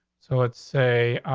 so let's say,